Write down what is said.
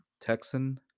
Texan